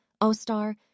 Ostar